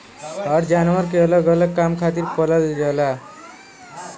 हर जानवर के अलग अलग काम खातिर पालल जाला